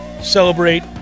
celebrate